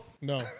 no